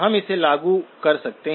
हम इसे लागू कर सकते हैं